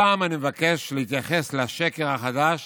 הפעם אני מבקש להתייחס לשקר החדש